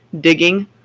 digging